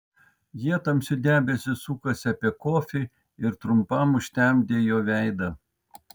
jie tamsiu debesiu sukosi apie kofį ir trumpam užtemdė jo veidą